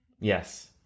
yes